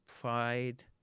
pride